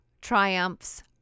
triumphs